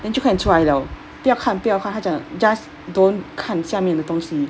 then 就快点出来了不要看不要看她讲 just don't 看下面的东西